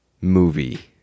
movie